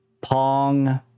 Pong